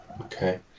Okay